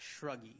Shruggy